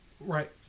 Right